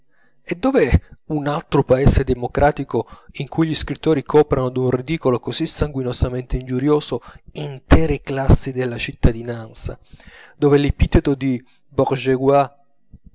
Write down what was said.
e dov'è un altro paese democratico in cui gli scrittori coprano d'un ridicolo così sanguinosamente ingiurioso intere classi della cittadinanza dove l'epiteto di